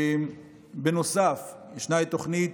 בנוסף ישנה תוכנית,